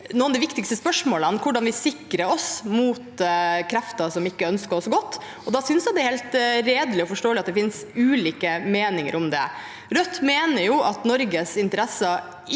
de viktigste spørsmålene: hvordan vi sikrer oss mot krefter som ikke ønsker oss godt. Da synes jeg det er helt redelig og forståelig at det finnes ulike meninger om det. Rødt mener at Norges interesser